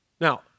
Now